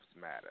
matter